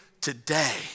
today